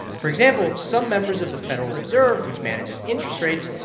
for example, some members of the federal reserve, which manages interest rates,